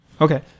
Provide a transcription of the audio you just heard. Okay